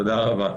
תודה רבה.